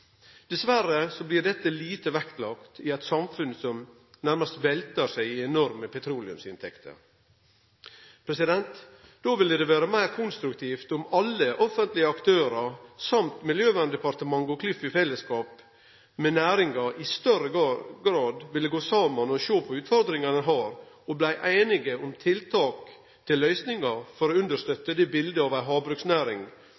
blir dette lite vektlagt i eit samfunn som nærmast veltar seg i enorme petroleumsinntekter. Då ville det vere meir konstruktivt om alle offentlege aktørar og Miljøverndepartementet og Klima- og forureiningsdirektoratet i fellesskap med næringa i større grad ville gå saman og sjå på utfordringane ein har, og bli einige om tiltak for løysingar for å